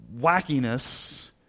wackiness